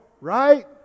Right